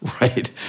right